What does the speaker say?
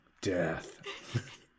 Death